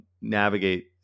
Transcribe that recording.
navigate